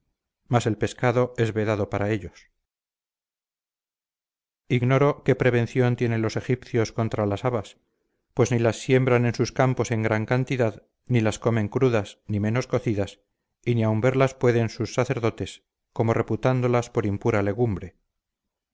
mas el pescado es vedado para ellos ignoro qué prevención tienen los egipcios contra las habas pues ni las siembran en sus campos en gran castidad ni las comen crudas ni menos cocidas y ni aun verlas pueden sus sacerdotes como reputándolas por impura legumbre